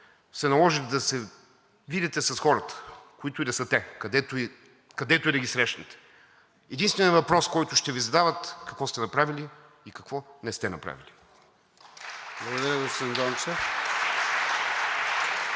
се наложи да се видите с хората, които и да са те, където и да ги срещнете, единственият въпрос, който ще Ви задават, е какво сте направили и какво не сте направили. (Ръкопляскания от